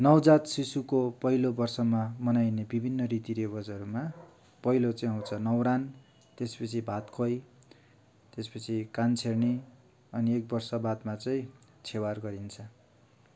नवजात शिशुको पहिलो वर्षमा मनाइने विभिन्न रीतिरिवाजहरूमा पहिलो चाहिँ आउँछ न्वारन त्यसपछि भात खुवाइ त्यसपछि कान छेड्ने अनि एकवर्ष बादमा चाहिँ छेवर गरिन्छ